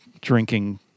drinking